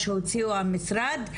שהוציאו המשרד,